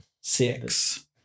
six